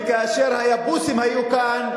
וכאשר היבוסים היו כאן,